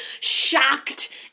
shocked